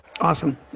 Awesome